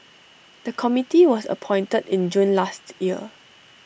the committee was appointed in June last year